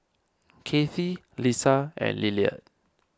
Kathy Lesa and Lillard